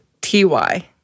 TY